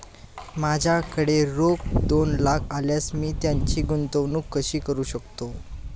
माझ्याकडे रोख दोन लाख असल्यास मी त्याची गुंतवणूक कशी करू शकतो?